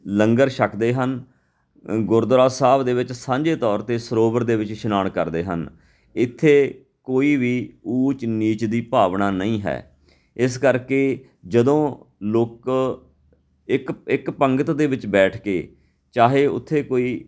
ਲੰਗਰ ਛਕਦੇ ਹਨ ਗੁਰਦੁਆਰਾ ਸਾਹਿਬ ਦੇ ਵਿੱਚ ਸਾਂਝੇ ਤੌਰ 'ਤੇ ਸਰੋਵਰ ਦੇ ਵਿੱਚ ਇਸ਼ਨਾਨ ਕਰਦੇ ਹਨ ਇੱਥੇ ਕੋਈ ਵੀ ਊਚ ਨੀਚ ਦੀ ਭਾਵਨਾ ਨਹੀਂ ਹੈ ਇਸ ਕਰਕੇ ਜਦੋਂ ਲੋਕ ਇੱਕ ਇੱਕ ਪੰਗਤ ਦੇ ਵਿੱਚ ਬੈਠ ਕੇ ਚਾਹੇ ਉੱਥੇ ਕੋਈ